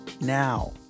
now